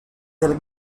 della